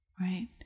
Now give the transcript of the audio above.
Right